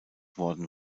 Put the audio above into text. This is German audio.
worden